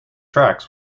tracks